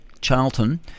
Charlton